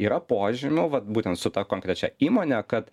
yra požymių vat būtent su ta konkrečia įmone kad